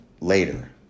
later